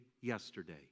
yesterday